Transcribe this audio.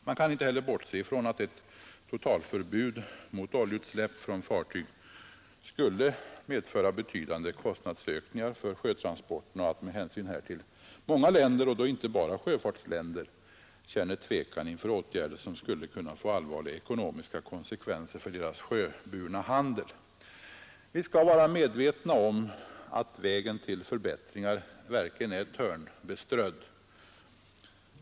Man kan inte heller bortse från att ett totalförbud mot oljeutsläpp från fartyg skulle medföra betydande kostnadsökningar för sjötransporterna och att med hänsyn härtill många länder — och då inte bara sjöfartsländer — känner tvekan inför åtgärder som skulle kunna få allvarliga ekonomiska konsekvenser för deras sjöburna handel. Vi skall vara medvetna om att vägen till förbättringar verkligen är törnbeströdd.